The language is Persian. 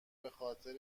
بخاطر